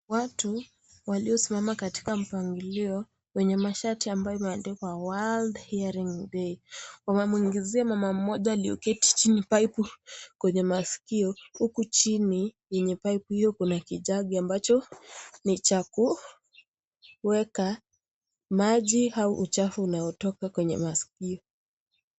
Watu waliosimama katika mpangilio wenye mashati ambayo yameandikwa " World Hearing Day ". Wamemwingizia mama mmoja, aliyeketi chini, paipu kwenye masikio. Huku chini kwenye paipu hiyo kuna kijagi ambacho ni cha kuweka maji au uchafu unaotoka kwenye masikio.